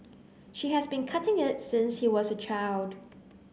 she has been cutting it since he was a child